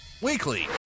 weekly